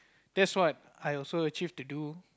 that's what I'll also achieve to do